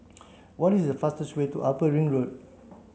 what is the fastest way to Upper Ring Road